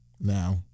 Now